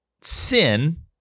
sin